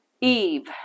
Eve